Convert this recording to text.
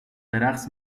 برقص